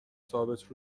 ثابت